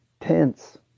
tense